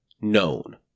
known